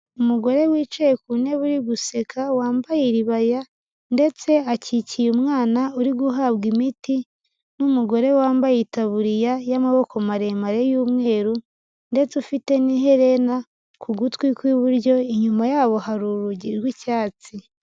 Umugore wicaye ku ntebe uri guseka wambaye iribaya ndetse akikiye umwana uri guhabwa imiti n'umugore wambaye itaburiya y'amaboko maremare y'umweru ndetse ufite n'iherena ku gutwi kw'iburyo, inyuma yabo hari urugi rw'icyatsi.